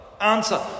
answer